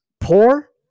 poor